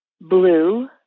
blue